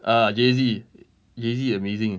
ah jay Z jay Z amazing